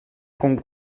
con